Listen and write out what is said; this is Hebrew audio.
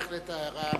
בהחלט הערה במקומה.